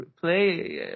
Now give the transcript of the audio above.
play